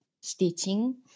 stitching